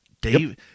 Dave